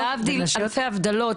להבדיל אלפי הבדלות,